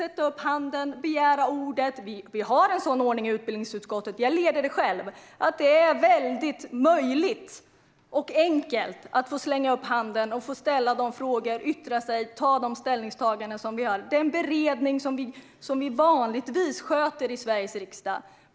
Vi har en ordning i utbildningsutskottet, som jag leder, som gör det enkelt att räcka upp handen, ställa frågor, yttra sig och ta ställning i den beredning som vi vanligtvis har i Sveriges riksdag.